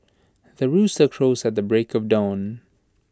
the rooster crows at the break of dawn